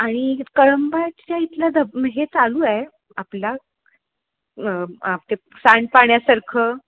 आणि कळंबाच्या इथलं धब हे चालू आहे आपला आप ते सांडपाण्यासारखं